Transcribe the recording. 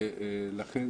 ולכן